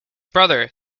brother